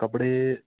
کپڑے